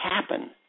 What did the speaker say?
happen